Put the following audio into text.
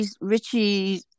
Richie